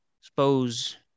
suppose